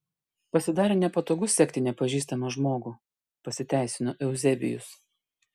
pasidarė nepatogu sekti nepažįstamą žmogų pasiteisino euzebijus